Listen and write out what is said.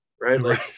right